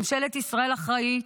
ממשלת ישראל אחראית,